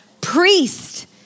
priest